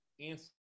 answer